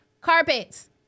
carpets